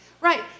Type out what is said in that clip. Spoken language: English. Right